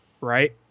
right